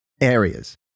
areas